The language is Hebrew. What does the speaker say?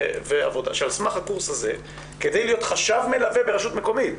שעל סמך הקורס הזה כדי להיות חשב מלווה ברשות המקומית,